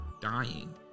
dying